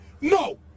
no